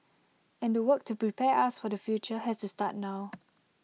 and the work to prepare us for the future has to start now